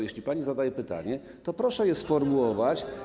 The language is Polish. Jeśli pani zadaje pytanie, to proszę je sformułować.